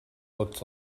looked